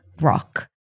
rock